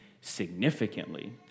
significantly